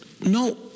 no